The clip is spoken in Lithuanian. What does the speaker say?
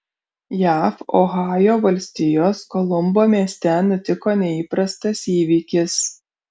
jav ohajo valstijos kolumbo mieste nutiko neįprastas įvykis